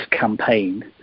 campaign